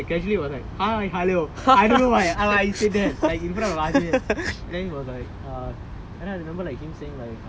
then I was like why suddenly open and then right I was there I casually was like hi hello I don't know why I said that in front of elders